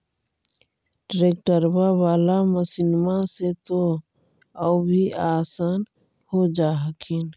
ट्रैक्टरबा बाला मसिन्मा से तो औ भी आसन हो जा हखिन?